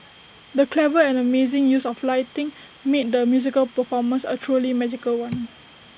the clever and amazing use of lighting made the musical performance A truly magical one